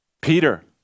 Peter